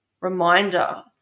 reminder